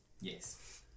Yes